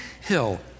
hill